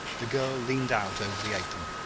the girl leaned out over the apron,